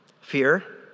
fear